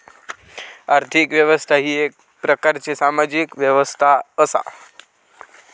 आर्थिक व्यवस्था ही येक प्रकारची सामाजिक व्यवस्था असा